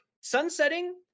sunsetting